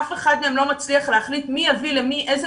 אף אחד מהם לא מצליח להחליט מי יביא למי איזו